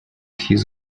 his